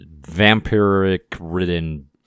vampiric-ridden